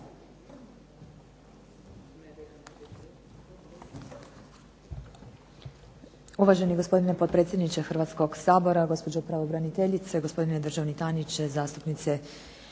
Uvaženi gospodine potpredsjedniče Hrvatskoga sabora, gospođo pravobraniteljice, gospodine državni tajniče, zastupnice i zastupnici.